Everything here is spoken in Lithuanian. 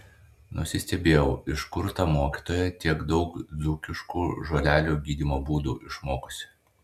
nusistebėjau iš kur ta mokytoja tiek daug dzūkiškų žolelių gydymo būdų išmokusi